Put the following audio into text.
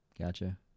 Gotcha